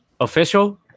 Official